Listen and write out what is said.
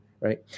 right